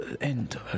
end